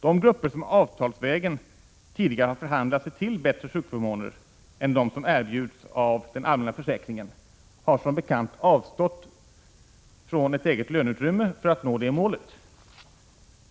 De grupper som avtalsvägen tidigare har förhandlat sig till bättre sjukförmåner än dem som erbjuds av den allmänna försäkringen har som bekant avstått eget löneutrymme för att nå det målet.